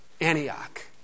Antioch